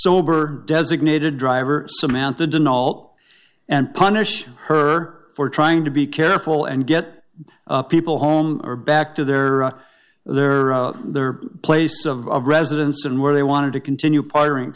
sober designated driver samantha denial and punish her for trying to be careful and get people home or back to their their their place of residence and where they wanted to continue partnering